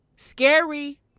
scary